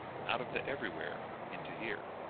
out of the everywhere into here.